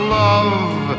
love